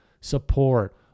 support